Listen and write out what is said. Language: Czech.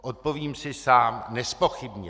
Odpovím si sám nezpochybnil.